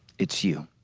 it's you,